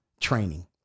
training